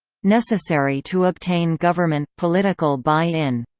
necessary to obtain government political buy-in